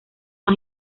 más